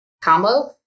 combo